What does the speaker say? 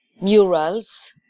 murals